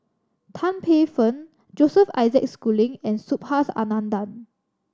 Tan Paey Fern Joseph Isaac Schooling and Subhas Anandan